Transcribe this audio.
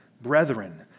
brethren